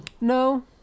No